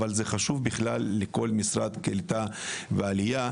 אבל הן חשובות בכלל לכל משרד הקליטה והעלייה: